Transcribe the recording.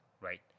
right